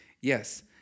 Yes